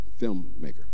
filmmaker